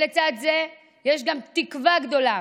לצד זה יש גם תקווה גדולה,